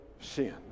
sin